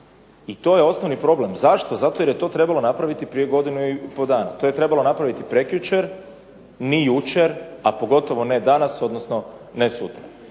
i to je osnovni problem, zašto, zato jer je to trebalo napraviti prije godinu i pol dana. To je trebalo napraviti prekjučer, ni jučer, a pogotovo ne danas, ne sutra.